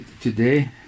today